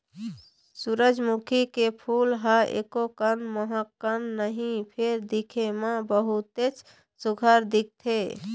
सूरजमुखी के फूल ह एकोकन महकय नहि फेर दिखे म बहुतेच सुग्घर दिखथे